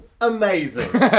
amazing